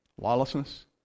lawlessness